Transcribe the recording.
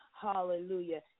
Hallelujah